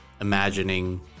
imagining